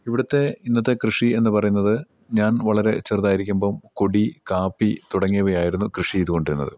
ഇവിടുത്തെ ഇന്നത്തെ കൃഷി എന്നു പറയുന്നത് ഞാൻ വളരെ ചെറുതായിരിക്കുമ്പം കൊടി കാപ്പി തുടങ്ങിയവയായിരുന്നു കൃഷി ചെയ്തുകൊണ്ടിരുന്നത്